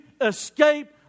escape